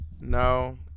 No